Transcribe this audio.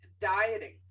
Dieting